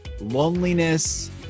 loneliness